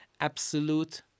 absolute